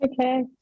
Okay